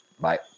Bye